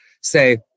say